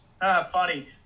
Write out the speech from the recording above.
funny